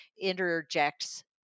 interjects